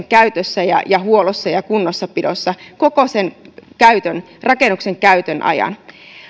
käytössä ja ja huollossa ja kunnossapidossa koko sen rakennuksen käytön ajan